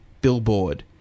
billboard